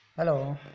hello